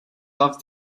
off